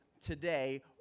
today